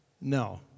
No